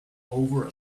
over